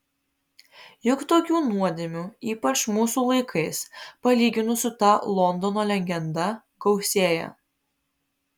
juk tokių nuodėmių ypač mūsų laikais palyginus su ta londono legenda gausėja